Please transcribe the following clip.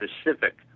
specific